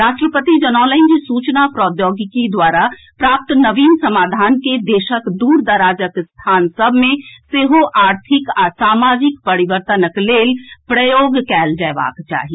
राष्ट्रपति जनौलनि जे सूचना प्रौद्योगिकी द्वारा प्राप्त नवीन समाधान के देशक दूरदराजक स्थान सभ मे सेहो आर्थिक आ सामाजिक परिवर्तनक लेल प्रयोग कयल जयबाक चाही